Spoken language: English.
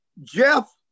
Jeff